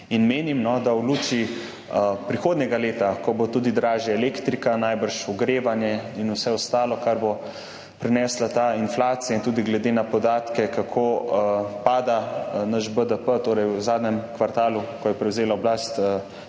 dejavnosti. V luči prihodnjega leta, ko bo tudi dražja elektrika, najbrž ogrevanje in vse ostalo, kar bo prinesla ta inflacija, in tudi glede na podatke, kako pada naš BDP v zadnjem kvartalu, ko je prevzela oblast